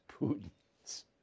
Putin's